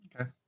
Okay